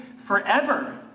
forever